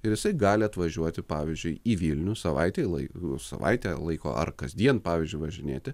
ir jisai gali atvažiuoti pavyzdžiui į vilnių savaitei laiko savaitę laiko ar kasdien pavyzdžiui važinėti